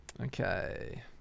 Okay